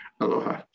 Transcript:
Aloha